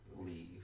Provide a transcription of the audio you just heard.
leave